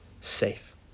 safe